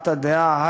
הבעת הדעת,